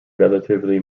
relatively